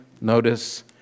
notice